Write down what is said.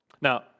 Now